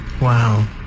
Wow